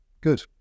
Good